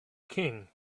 king